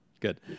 Good